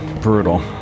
Brutal